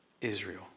Israel